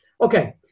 Okay